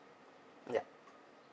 ya